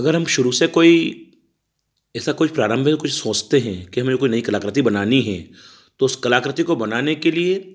अगर हम शुरू से कोई ऐसा कोई प्रारम्भ में कुछ सोचते हैं कि हमें कोई नई कलाकृति बनानी है तो उस कलाकृति को बनाने के लिए